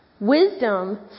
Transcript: Wisdom